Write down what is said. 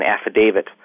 affidavit